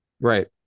Right